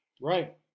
Right